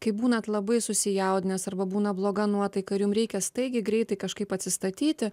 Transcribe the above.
kai būnat labai susijaudinęs arba būna bloga nuotaika ir jum reikia staigiai greitai kažkaip atsistatyti